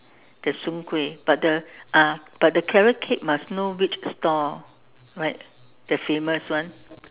the soon-kueh but the ah but the carrot cake must know which store right the famous one